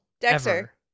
Dexter